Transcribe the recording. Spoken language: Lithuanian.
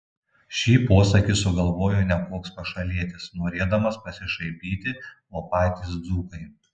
šį posakį sugalvojo ne koks pašalietis norėdamas pasišaipyti o patys dzūkai